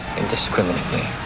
indiscriminately